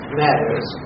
matters